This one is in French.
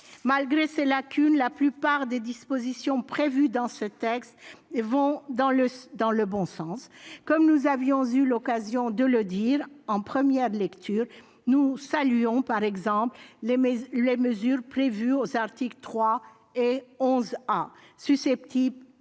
Malgré des lacunes, la plupart des dispositions prévues dans ce texte vont dans le bon sens. Comme nous avions eu l'occasion de le dire en première lecture, nous saluons par exemple les mesures prévues aux articles 3 et 11 A, susceptibles